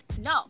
No